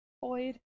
Void